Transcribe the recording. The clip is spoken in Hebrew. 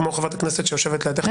כמו חברת הכנסת שיושבת לידך,